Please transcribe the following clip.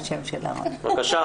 בבקשה.